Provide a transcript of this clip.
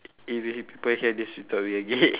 if h~ people hear this we thought we are gay